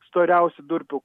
storiausių durpių